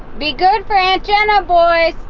be good for aunt jenna, boys!